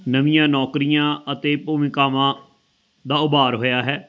ਨਵੀਆਂ ਨੌਕਰੀਆਂ ਅਤੇ ਭੂਮਿਕਾਵਾਂ ਦਾ ਉਭਾਰ ਹੋਇਆ ਹੈ